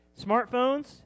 Smartphones